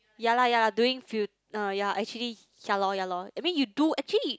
ya lah ya lah doing few~ uh ya actually ya loh ya loh I mean you do actually